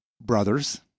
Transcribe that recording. brothers